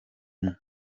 umwe